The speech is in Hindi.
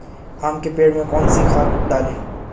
आम के पेड़ में कौन सी खाद डालें?